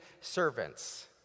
servants